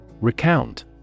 Recount